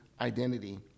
identity